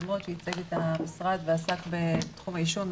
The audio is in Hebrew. הקודמות שייצג את המשרד ועסק בתחום העישון,